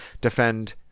defend